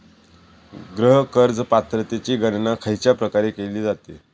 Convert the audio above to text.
गृह कर्ज पात्रतेची गणना खयच्या प्रकारे केली जाते?